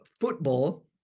football